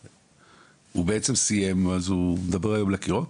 הוא בעצם סיים, אז הוא מדבר היום לקירות?